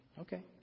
Okay